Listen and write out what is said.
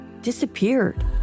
disappeared